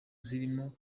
zirimo